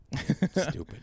Stupid